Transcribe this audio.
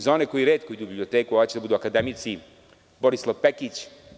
Za one koji retko idu u biblioteku, a hoće da budu akademici, Borislav Pekić.